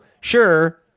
sure